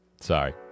Sorry